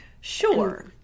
Sure